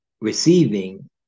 receiving